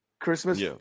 Christmas